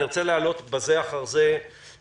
אני רוצה להעלות בזה אחר זה נציגים,